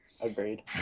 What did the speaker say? Agreed